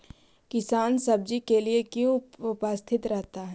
किसान सब्जी के लिए क्यों उपस्थित रहता है?